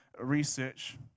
research